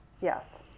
Yes